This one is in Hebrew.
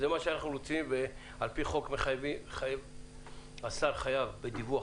זה מה שאנחנו רוצים ועל פי חוק השר חייב בדיווח